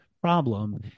problem